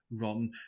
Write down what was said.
run